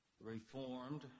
reformed